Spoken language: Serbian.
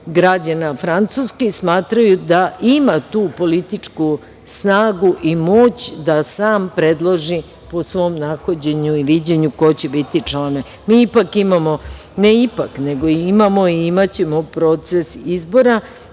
građana Francuske i smatraju da ima tu političku snagu i moć da sam predloži po svom nahođenju i viđenju ko će biti član. Mi imamo i imaćemo proces izbora.